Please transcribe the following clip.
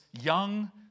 young